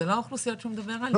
זה לא האוכלוסיות שהוא מדבר עליהן.